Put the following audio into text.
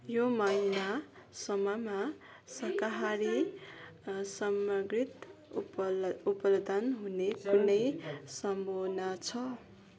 यो महिनासम्ममा शाकाहारी सामग्री उपल उपलदान हुने कुनै सम्भावना छ